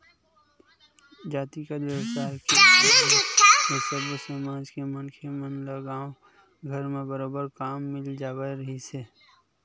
जातिगत बेवसाय के होय ले सब्बो समाज के मनखे मन ल गाँवे घर म बरोबर काम मिल जावत रिहिस हे